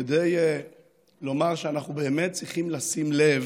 כדי לומר שאנחנו באמת צריכים לשים לב